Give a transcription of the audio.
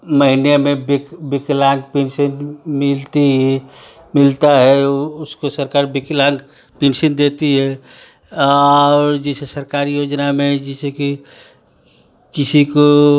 महीने में बिक विकलांग पिनसीन मिलती मिलता है उसको सरकार विकलांग पिनसीन देती है और जैसे सरकारी योजना में जिसे कि किसी को